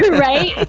right